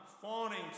fawning